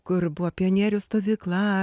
kur buvo pionierių stovykla